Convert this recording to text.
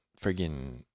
friggin